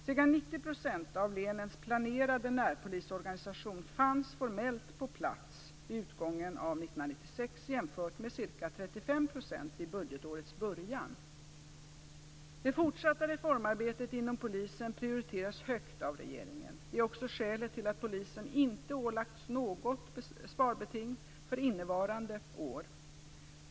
Ca 90 % av länens planerade närpolisorganisation fanns formellt på plats den 31 december 1996 jämfört med ca 35 % vid budgetårets början. Det fortsatta reformarbetet inom polisen prioriteras högt av regeringen. Det är också skälet till att polisen inte ålagts något sparbeting för innevarande år.